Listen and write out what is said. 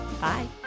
Bye